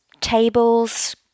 tables